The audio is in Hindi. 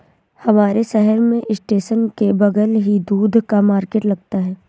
हमारे शहर में स्टेशन के बगल ही दूध का मार्केट लगता है